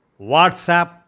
WhatsApp